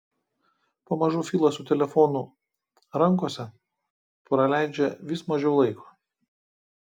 pamažu filas su telefonu rankose praleidžia vis mažiau laiko